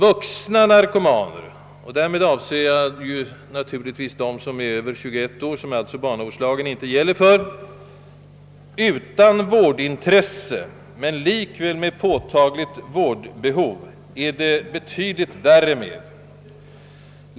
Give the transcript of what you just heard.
Vuxna narkomaner — och därmed avser jag naturligtvis dem som är över 21 år och för vilka barnavårdslagen sålunda inte gäller — utan vårdintresse men likväl med påtagligt vårdbehov erbjuder betydligt större problem.